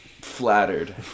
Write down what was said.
flattered